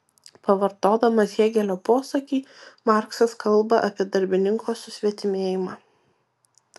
pavartodamas hėgelio posakį marksas kalba apie darbininko susvetimėjimą